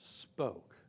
spoke